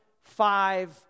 five